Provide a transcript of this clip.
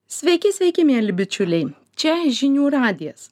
sveiki sveiki mieli bičiuliai čia žinių radijas